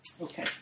Okay